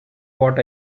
what